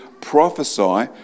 prophesy